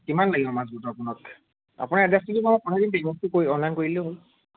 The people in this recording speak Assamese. কিমান লাগিব মাজবাটটো আপোনাক আপোনাৰ এড্ৰেছটো কিন্তু মই পাহৰি থাকিলোঁ অনলাইন কৰি দিলেই হ'ল